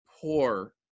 poor